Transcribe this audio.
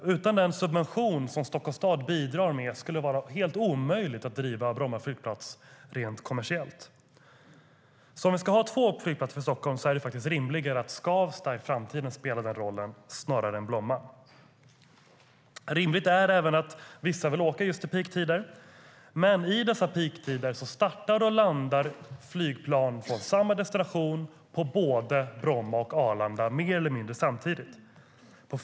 Utan den subvention som Stockholms stad bidrar med skulle det rent kommersiellt vara helt omöjligt att driva Bromma flygplats. Det är även rimligt att vissa vill åka just under peaktider. Men under dessa peaktider startar och landar flygplan från samma destination på både Bromma och Arlanda mer eller mindre samtidigt.